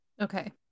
Okay